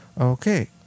Okay